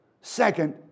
second